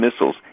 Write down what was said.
missiles